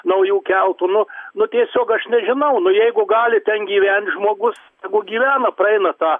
naujų keltų nu nu tiesiog aš nežinau nu jeigu gali ten gyvent žmogus tegu gyvena praeina tą